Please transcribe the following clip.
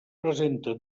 presenta